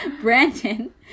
Brandon